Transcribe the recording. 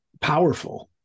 powerful